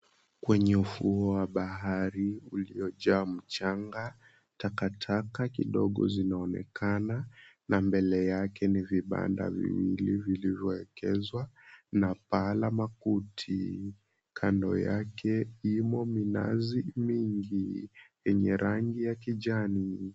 Kwenye ufuo wa bahari uliojaa mchanga takataka kidogo zinaonekana na mbele yake ni vibanda viwili vilivyoekezwa na paa la makuti. Kando yake imo minazi mingi yenye rangi ya kijani.